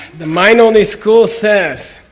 the mind-only school says,